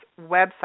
website